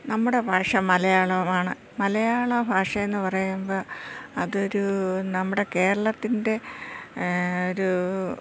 നമ്മുടെ ഭാഷ മലയാളമാണ് മലയാള ഭാഷയെന്ന് പറയുമ്പോൾ അതൊരു നമ്മുടെ കേരളത്തിൻ്റെ ഒരു